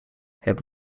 het